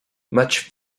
much